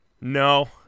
No